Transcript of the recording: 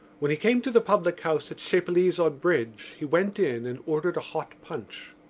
when he came to the public-house at chapelizod bridge he went in and ordered a hot punch.